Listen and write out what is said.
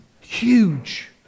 huge